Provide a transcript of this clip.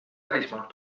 välismaalt